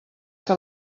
que